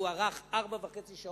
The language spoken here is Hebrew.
והוא נמשך ארבע שעות וחצי.